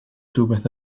rhywbeth